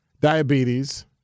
diabetes